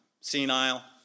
Senile